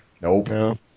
Nope